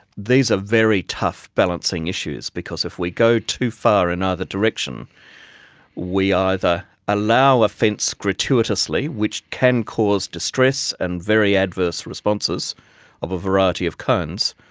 these are very tough balancing issues, because if we go too far in either direction we either allow offense gratuitously, which can cause distress and very adverse responses of a variety of kinds,